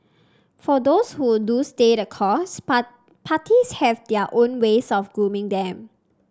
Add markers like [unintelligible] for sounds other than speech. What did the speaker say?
for those who do stay the course [unintelligible] parties have their own ways of grooming them